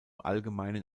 allgemeinen